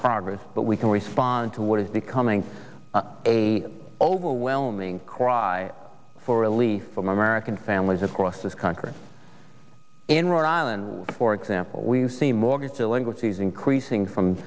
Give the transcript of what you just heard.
progress but we can respond to what is becoming a overwhelming cry for relief from american families across this country in rhode island for example we've seen mortgage delinquencies increasing from